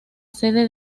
sede